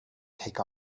take